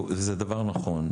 וזה דבר נכון,